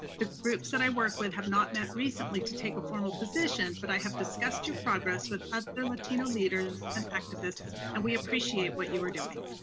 the groups that i work with have not met recently to take a formal position, but i have discussed your progress with other latino leaders and activists, and we appreciate what you are doing.